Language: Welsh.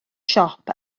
siop